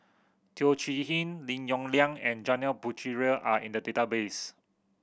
Teo Chee Hean Lim Yong Liang and Janil Puthucheary are in the database